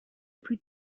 plus